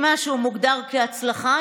אם משהו מוגדר כהצלחה,